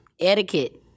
Etiquette